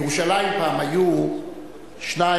בירושלים פה היו שניים,